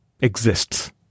exists